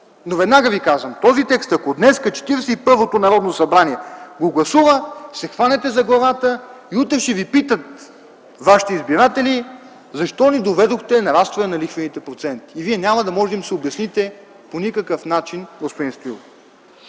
Но веднага Ви казвам, че този текст, ако днес Четиридесет и първото Народно събрание го гласува, ще се хванете за главата и утре ще Ви питат вашите избиратели защо ни доведохте нарастване на лихвените проценти. И Вие няма да можете да им го обясните по никакъв начин, господин Стоилов.